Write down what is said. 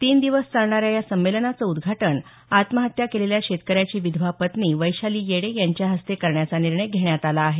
तीन दिवस चालणाऱ्या या संमेलनाचं उद्घाटन आत्महत्या केलेल्या शेतकऱ्याची विधवा पत्नी वैशाली येडे यांच्या हस्ते करण्याचा निर्णय घेण्यात आला आहे